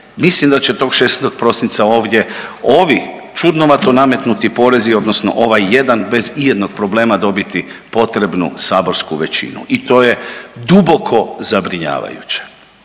Mislim da će tog 16. prosinca ovdje ovi čudnovato nametnuti porezi odnosno ovaj jedan bez ijednog problema dobiti potrebnu saborsku većinu i to je duboko zabrinjavajući.